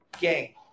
gang